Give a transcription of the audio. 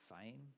fame